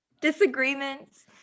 Disagreements